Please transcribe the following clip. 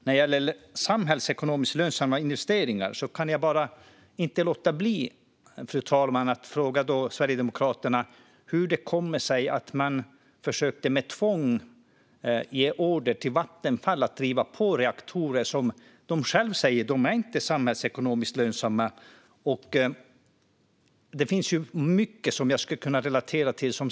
När det gäller samhällsekonomiskt lönsamma investeringar kan jag inte låta bli, fru talman, att fråga Sverigedemokraterna hur det kom sig att man med tvång försökte ge order till Vattenfall att driva reaktorer som de själva sa inte är samhällsekonomiskt lönsamma. Det finns mycket som jag skulle kunna relatera till.